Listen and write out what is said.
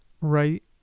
right